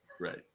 right